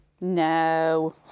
No